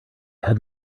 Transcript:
had